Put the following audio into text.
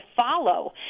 follow